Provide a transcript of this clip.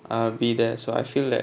um be that so I feel that